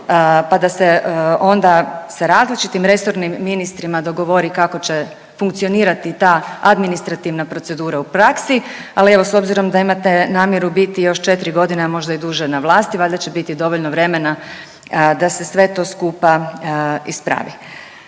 pa da se onda sa različitim resornim ministrima dogovori kako će funkcionirati ta administrativna procedura u praksi, ali evo, s obzirom da imate namjeru biti još godine, a možda i duže na vlasti, valjda će biti dovoljno vremena da se sve to skupa ispravi.